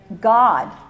God